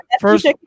first